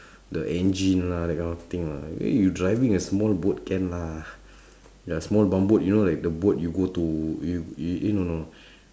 the engine lah that kind of thing lah I mean you driving a small boat can lah small bump boat you know like the boat you go to you you eh no no